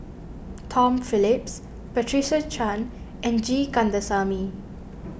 Tom Phillips Patricia Chan and G Kandasamy